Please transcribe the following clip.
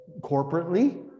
corporately